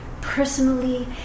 Personally